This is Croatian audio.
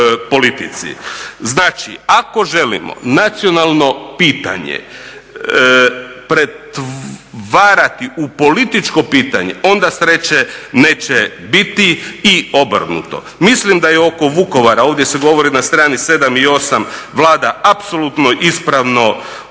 Znači, ako želimo nacionalno pitanje pretvarati u političko pitanje onda sreće neće biti i obrnuto. Mislim da je oko Vukovara, ovdje se govori na strani 7 i 8 Vlada apsolutno ispravno